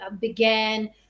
began